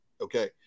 okay